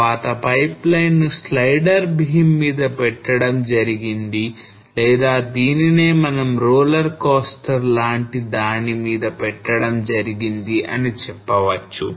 తర్వాత pipeline slider beam మీద పెట్టడం జరిగింది లేదా దీనిని మనం roller coaster లాంటి దాని మీద పెట్టడం జరిగింది అని చెప్పవచ్చు